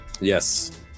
Yes